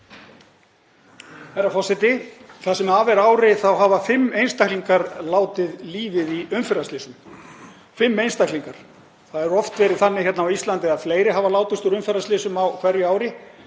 Herra forseti. Það sem af er ári hafa fimm einstaklingar látið lífið í umferðarslysum — fimm einstaklingar. Það hefur oft verið þannig hér á Íslandi að fleiri hafa látist úr umferðarslysum á hverju ári